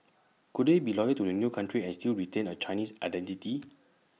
could they be loyal to A new country and still retain A Chinese identity